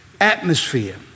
Atmosphere